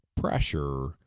pressure